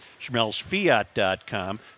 SchmelzFiat.com